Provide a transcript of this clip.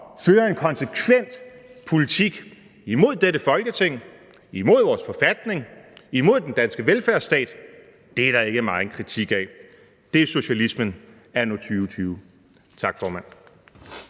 fører en konsekvent politik imod dette Folketing, imod vores forfatning, imod den danske velfærdsstat, er der ikke meget kritik af. Det er socialismen anno 2020. Tak, formand.